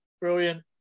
Brilliant